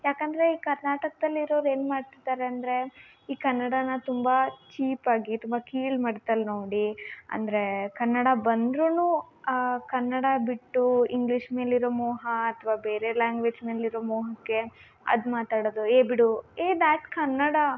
ಯಾಕೆಂದ್ರೆ ಈ ಕರ್ನಾಟಕ್ದಲ್ಲಿ ಇರೋರು ಏನು ಮಾಡ್ತಿದ್ದಾರೆ ಅಂದರೆ ಈ ಕನ್ನಡನ ತುಂಬ ಚೀಪ್ ಆಗಿ ತುಂಬ ಕೀಳು ಮಟ್ದಲ್ಲಿ ನೋಡಿ ಅಂದರೆ ಕನ್ನಡ ಬಂದ್ರೂ ಕನ್ನಡ ಬಿಟ್ಟು ಇಂಗ್ಲಿಷ್ ಮೇಲಿರೊ ಮೋಹ ಅಥವಾ ಬೇರೆ ಲಾಂಗ್ವೆಜ್ನಲ್ಲಿರೊ ಮೋಹಕ್ಕೆ ಅದು ಮಾತಾಡೋದು ಏ ಬಿಡು ಎ ದ್ಯಾಟ್ ಕನ್ನಡ